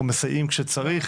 או מסייעים כשצריך.